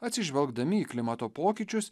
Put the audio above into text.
atsižvelgdami į klimato pokyčius